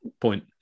point